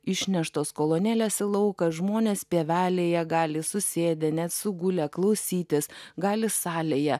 išneštos kolonėlės į lauką žmonės pievelėje gali susėdę net sugulę klausytis gali salėje